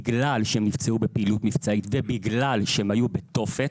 בגלל שהם נפצעו בפעילות מבצעית ובגלל שהם היו בתופת.